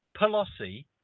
Pelosi